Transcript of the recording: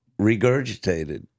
regurgitated